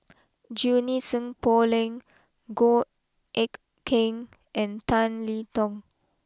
Junie Sng Poh Leng Goh Eck Kheng and Tan Li Tong